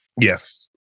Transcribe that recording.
Yes